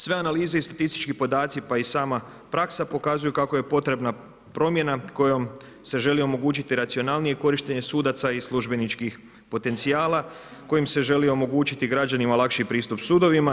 Sve analize i statistički podaci pa i sama praksa pokazuju kako je potrebna promjena kojom se želi omogućiti racionalnije korištenje sudaca i službeničkih potencijala, kojim se želi omogućiti građanima lakši pristup sudovima.